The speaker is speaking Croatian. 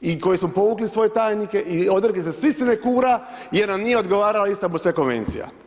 i koji su povukli svoje tajnike i odrekli se svih sinekura jer nam nije odgovarala Istanbulska konvencija.